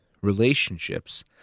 relationships